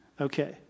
Okay